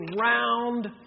round